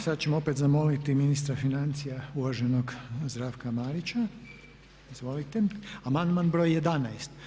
Sada ćemo opet zamoliti ministra financija uvaženog Zdravka Marića, izvolite, amandman br. 11.